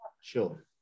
Sure